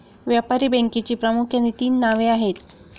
व्यापारी बँकेची प्रामुख्याने तीन नावे आहेत